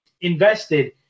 invested